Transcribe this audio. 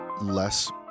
Less